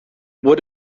would